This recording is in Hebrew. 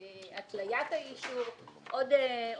מספר הרישיון שלו וכולי.